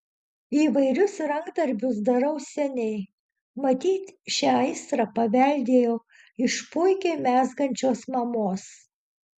įvairius rankdarbius darau seniai matyt šią aistrą paveldėjau iš puikiai mezgančios mamos